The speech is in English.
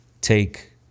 take